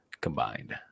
combined